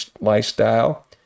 lifestyle